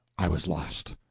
i was lost.